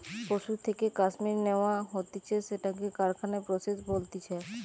পশুর থেকে কাশ্মীর ন্যাওয়া হতিছে সেটাকে কারখানায় প্রসেস বলতিছে